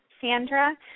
Sandra